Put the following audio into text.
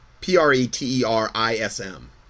P-R-E-T-E-R-I-S-M